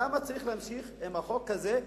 למה צריך להמשיך עם החוק הזה,